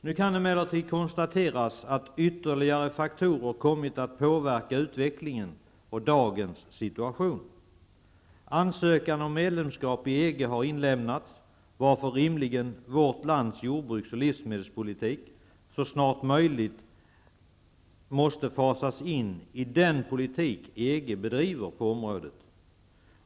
Nu kan emellertid konstateras att ytterligare faktorer kommit att påverka utvecklingen och dagens situation. Ansökan om medlemskap i EG har inlämnats, varför rimligen vårt lands livsmedels och jordbrukspolitik så snart som möjligt måste fasas in i den politik EG bedriver på området.